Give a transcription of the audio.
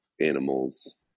animals